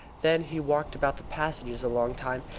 then he walked about the passages a long time,